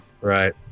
right